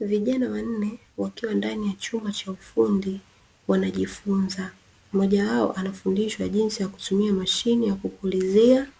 Vijana wanne wakiwa ndani ya chumba cha ufundi wanajifunza, mmoja wao anafundishwa jinsi ya kutumia mashine ya kupulizia